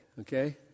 okay